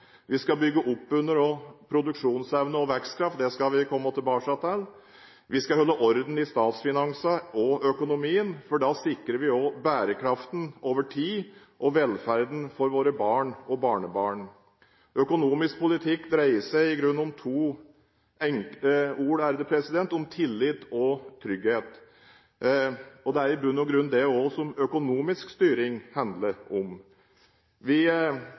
Vi skal bygge opp under produksjonsevne og vekstkraft – det skal vi komme tilbake til. Vi skal holde orden i statsfinansene og økonomien. Da sikrer vi også bærekraften over tid – og velferden for våre barn og barnebarn. Økonomisk politikk dreier seg i grunnen om to enkle ord – tillit og trygghet. Det er i bunn og grunn det som også økonomisk styring handler om. Vi